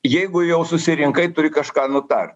jeigu jau susirinkai turi kažką nutar